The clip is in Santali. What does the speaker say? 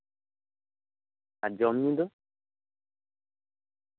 ᱡᱚᱢ ᱧᱩ ᱫᱚ